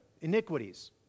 iniquities